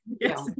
Yes